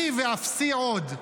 אני ואפסי עוד.